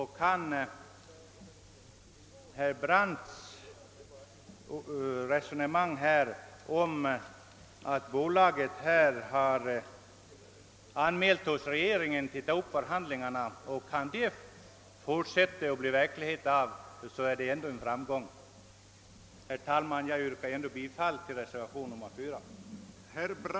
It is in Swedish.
Herr Brandts uppgift om att bolaget har anhållit hos regeringen om att få ta upp förhandlingar är glädjande, och kan detta bli verklighet så är det ändå en framgång. Herr talman! Jag yrkar bifall till reservation nr 4.